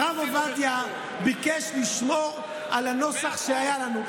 הרב עובדיה ביקש לשמור על הנוסח שהיה לנו.